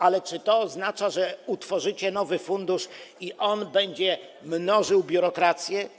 Ale czy to oznacza, że utworzycie nowy fundusz i on będzie mnożył biurokrację?